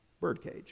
birdcage